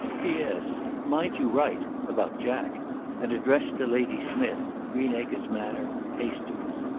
p s. mind you write about jack and address to lady smijth greenacres manor hastings.